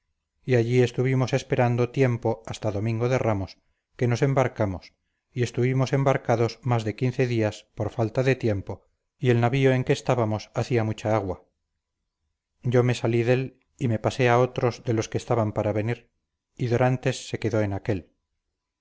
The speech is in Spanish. y allí estuvimos esperando tiempo hasta domingo de ramos que nos embarcamos y estuvimos embarcados más de quince días por falta de tiempo y el navío en que estábamos hacía mucha agua yo me salí dél y me pasé a otros de los que estaban para venir y dorantes se quedó en aquél